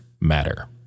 matter